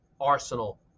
Arsenal